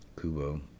Kubo